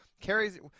carries